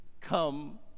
Come